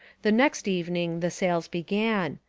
the next evening the sales began.